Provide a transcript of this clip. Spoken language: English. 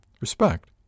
Respect